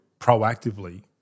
proactively